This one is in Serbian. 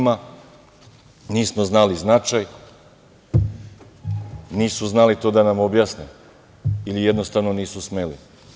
Nismo znali značaj, nisu znali to da nam objasne ili jednostavno nisu smeli.